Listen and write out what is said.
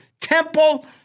temple